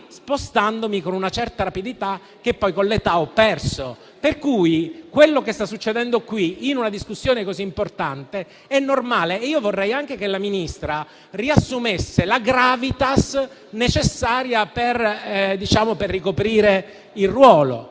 spostandomi con una certa rapidità che poi, con l'età, ho perso. Quindi, quello che sta succedendo qui, in una discussione così importante, è normale. Io vorrei anche che il Ministro riassumesse la *gravitas* necessaria per ricoprire il ruolo.